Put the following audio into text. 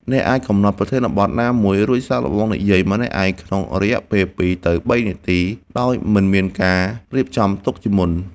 អ្នកអាចកំណត់ប្រធានបទណាមួយ រួចសាកល្បងនិយាយម្នាក់ឯងក្នុងរយៈពេល ២ ទៅ ៣ នាទី ដោយមិនមានការរៀបចំទុកជាមុន។